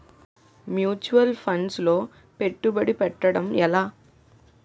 Mutual funds లో పెట్టుబడి పెట్టడం ఎలా?